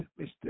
Mr